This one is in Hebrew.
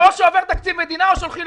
או שעובר תקציב מדינה או שהולכים לבחירות.